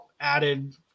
added